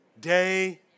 Day